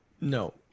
no